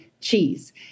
cheese